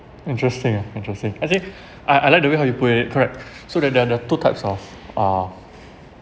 interesting ah interesting I think I I like the way how you put it correct so they're they're they're two types of uh